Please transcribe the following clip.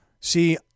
see